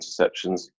interceptions